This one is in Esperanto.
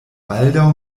baldaŭ